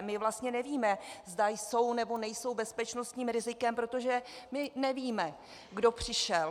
My vlastně nevíme, zda jsou, nebo nejsou bezpečnostním rizikem, protože nevíme, kdo přišel.